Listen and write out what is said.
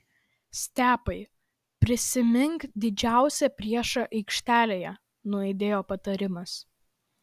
stepai prisimink didžiausią priešą aikštelėje nuaidėjo patarimas